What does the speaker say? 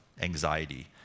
anxiety